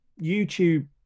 YouTube